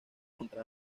contra